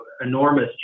enormous